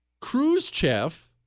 Khrushchev